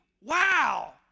Wow